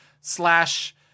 slash